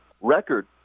record